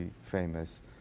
famous